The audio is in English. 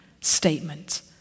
statement